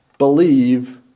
believe